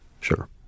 sure